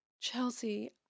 Chelsea